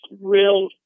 real